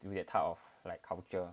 有 that type of like culture